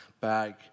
bag